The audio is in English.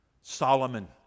Solomon